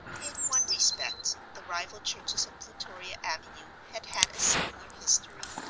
in one respect the rival churches of plutoria avenue had had a similar history.